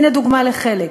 הנה דוגמה לחלק: